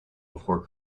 before